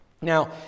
Now